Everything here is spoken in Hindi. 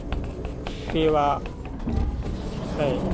सेवा है